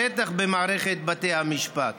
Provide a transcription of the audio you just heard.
בטח במערכת בתי המשפט.